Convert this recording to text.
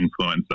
influencer